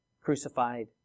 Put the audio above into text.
crucified